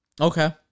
Okay